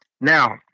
now